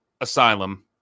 Asylum